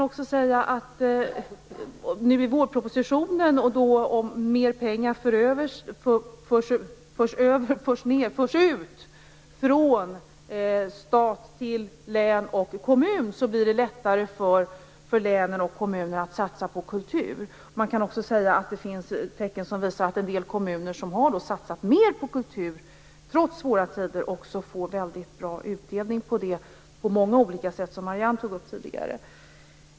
Om mera pengar i vårpropositionen förs ut från stat till län och kommun blir det lättare för länen och kommunerna att satsa på kultur. Det finns tecken på att en del kommuner, som trots svåra tider har satsat mera på kultur, på många olika sätt får en väldigt bra utdelning, som Marianne Andersson tidigare nämnde.